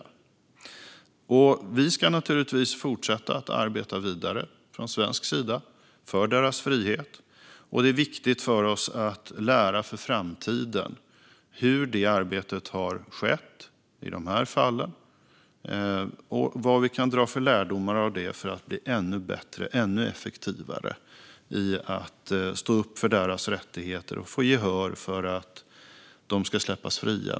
Vi ska från svensk sida naturligtvis fortsätta att arbeta för deras frihet, och det är viktigt för oss att lära för framtiden hur det arbetet har skett i de här fallen och vad vi kan dra för lärdomar av det för att bli ännu bättre och ännu effektivare i att stå upp för deras rättigheter och få gehör för att de ska släppas fria.